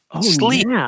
Sleep